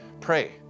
pray